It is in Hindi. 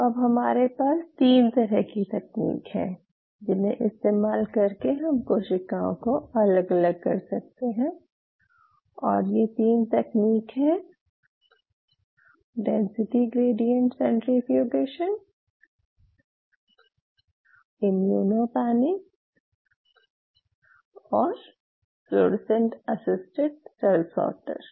तो अब हमारे पास तीन तरह की तकनीक हैं जिन्हें इस्तेमाल करके हम कोशिकाओं को अलग अलग कर सकते हैं और ये तीन तकनीक हैं density gradient centrifugation immunopanning और फ्लोरोसेंट असिस्टेड सेल सॉर्टर